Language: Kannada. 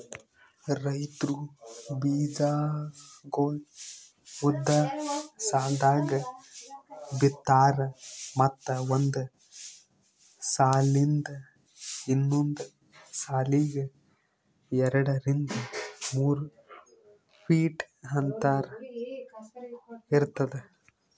ರೈತ್ರು ಬೀಜಾಗೋಳ್ ಉದ್ದ್ ಸಾಲ್ದಾಗ್ ಬಿತ್ತಾರ್ ಮತ್ತ್ ಒಂದ್ ಸಾಲಿಂದ್ ಇನ್ನೊಂದ್ ಸಾಲಿಗ್ ಎರಡರಿಂದ್ ಮೂರ್ ಫೀಟ್ ಅಂತರ್ ಇರ್ತದ